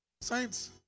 saints